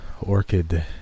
Orchid